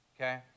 Okay